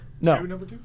No